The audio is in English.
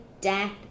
death